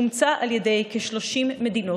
אומצה על ידי כ-30 מדינות,